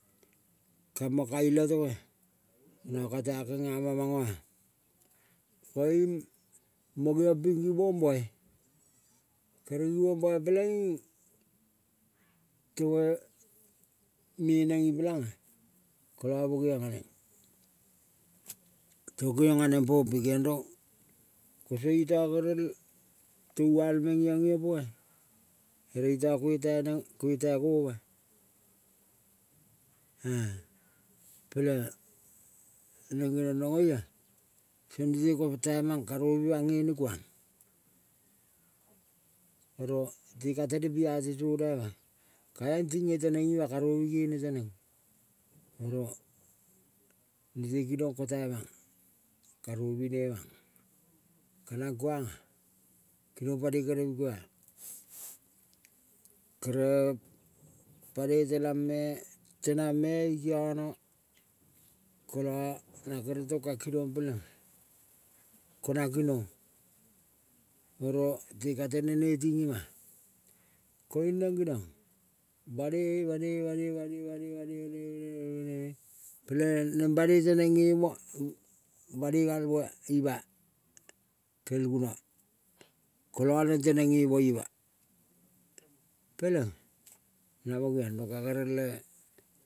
Kamang ka ilatogo, nanga kata kengama manga-a. Koiung mo giong ping givong bai, kere givong bai peleing temai meneng ipelanga. Kola mo geong aneng, tong geong aneng pompe. Koso iota gerel toval meng iong opoa, ere iota kueta ta neng, kueta ngo oma. peleng neng geriong rong oia, song nete ko po taimang karu mang ngene kuang. Oro te ka tene piate sona ma, kae ting nge teneng ima karou nge ne teneng. Oro nete kinong kota mang, karovu nemang karang kuanga kinong panoi kene mika. kere panoi tenang me, tenang me ikiono kola neng kere tong ka kinong peleng ko nang kinong. Oro te ka tene neting ima, koing neng geniong banoi, banoi, banoi, banoi, banoi, banoi, banoi, banoi peleng neng banoi teneng ngemoa. Banoi galmoa ima-a- kel guna-a kola neng teneng ngemo ima, peleng namo geong rong ka gerele.